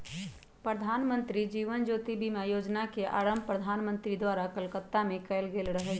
प्रधानमंत्री जीवन ज्योति बीमा जोजना के आरंभ प्रधानमंत्री द्वारा कलकत्ता में कएल गेल रहइ